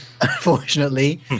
unfortunately